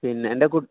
പിന്നെ എൻ്റെ കുട്ടി